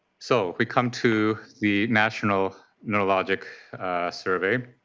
so we come to the national neurologic survey.